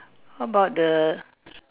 how about the